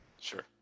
Sure